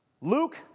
Luke